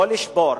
לא לשבור.